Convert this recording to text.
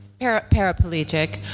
paraplegic